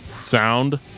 sound